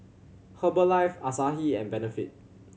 Herbalife Asahi and Benefit